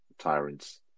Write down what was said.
tyrants